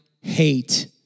hate